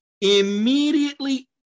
immediately